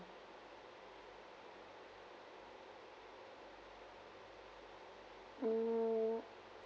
um